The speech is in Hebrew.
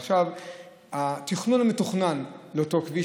התכנון המתוכנן לאותו כביש,